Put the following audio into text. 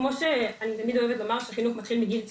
כמו שאני תמיד אוהבת לומר שחינוך מתחיל מגיל צעיר,